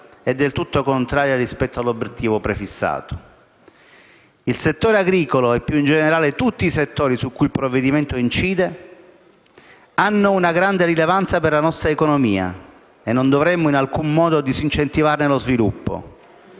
è del tutto contraria rispetto all'obiettivo prefissato. Il settore agricolo e, più in generale, tutti i settori su cui il provvedimento incide hanno una grande rilevanza per la nostra economia e non dovremmo in alcun modo disincentivarne lo sviluppo.